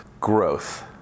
growth